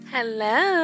Hello